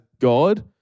God